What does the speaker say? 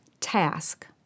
task